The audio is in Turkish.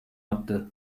attı